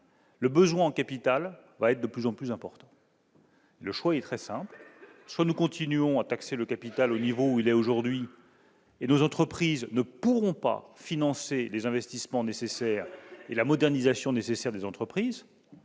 le besoin en capital va être de plus en plus important. L'alternative est très simple : soit nous continuons à taxer le capital au niveau où il est aujourd'hui et nos entreprises ne pourront pas financer les investissements nécessaires et leur modernisation, soit nous